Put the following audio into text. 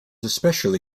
especially